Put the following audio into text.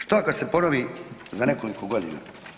Što ako se ponovi za nekoliko godina?